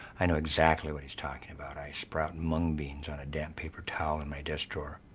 i know exactly what he's talking about. i sprouted mung beans on a damp paper towel in my desk drawer.